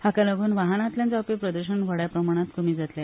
हाकालागून वाहानातल्यान जावपी प्रद्शण व्हडा प्रमाणात कमी जातले